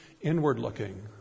inward-looking